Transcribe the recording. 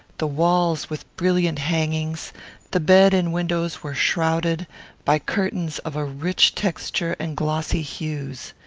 the walls with brilliant hangings the bed and windows were shrouded by curtains of a rich texture and glossy hues.